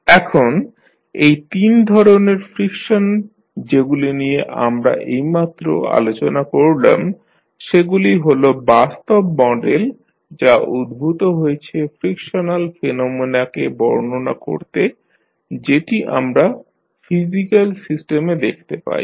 এখন এই তিন ধরনের ফ্রিকশন যেগুলি নিয়ে আমরা এইমাত্র আলোচনা করলাম সেগুলি হল বাস্তব মডেল যা উদ্ভূত হয়েছে ফ্রিকশনাল ফেনোমেনাকে বর্ণনা করতে যেটি আমরা ফিজিক্যাল সিস্টেমে দেখতে পাই